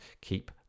keep